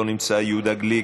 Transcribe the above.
לא נמצא, יהודה גליק,